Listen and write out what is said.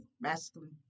Masculine